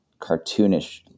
cartoonish